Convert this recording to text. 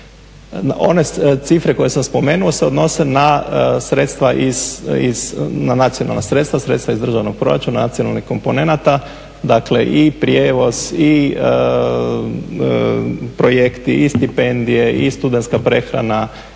One cifre koje sam spomenuo se odnose na sredstava iz, na nacionalna sredstva, sredstva iz državnog proračuna nacionalnih komponenata. Dakle i prijevoz i projekti i stipendije i studenska prehrana